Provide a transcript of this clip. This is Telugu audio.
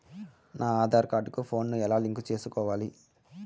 నా ఆధార్ కార్డు కు ఫోను ను ఎలా లింకు సేసుకోవాలి?